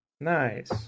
Nice